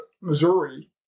Missouri